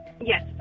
yes